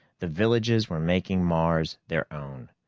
the villages were making mars their own.